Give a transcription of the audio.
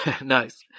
Nice